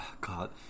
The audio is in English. God